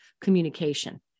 communication